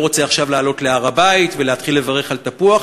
רוצה עכשיו לעלות להר-הבית ולהתחיל לברך על תפוח